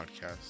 podcast